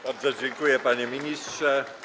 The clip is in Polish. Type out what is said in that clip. Bardzo dziękuję, panie ministrze.